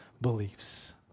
beliefs